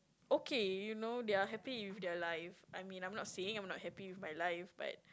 okay you know they are happy with their life I mean I'm not saying I'm not happy with my life but